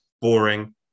boring